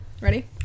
ready